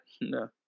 No